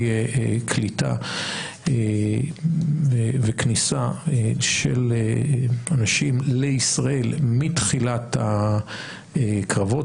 קליטה וכניסה של אנשים לישראל מתחילת הקרבות,